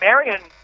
Marion